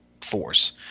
force